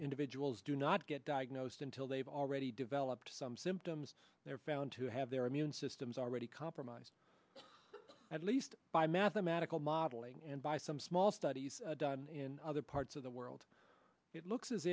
individuals do not get diagnosed until they've already developed some symptoms they're found to have their immune systems already compromised at least by mathematical modeling and by some small studies done in other parts of the world it looks as